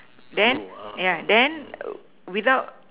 then yeah then without